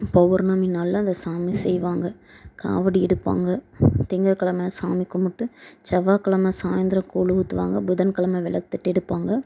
பௌர்ணமி நாளில் அந்த சாமி செய்வாங்க காவடி எடுப்பாங்க திங்கக்கிழம சாமி கும்பிட்டு செவ்வாக்கிழம சாயந்தரம் கூழ் ஊற்றுங்க புதன்கிழம விளக்கு தட்டு எடுப்பாங்க